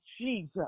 Jesus